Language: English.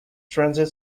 transit